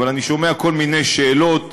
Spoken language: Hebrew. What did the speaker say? אבל אני שומע כל מיני שאלות,